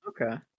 okay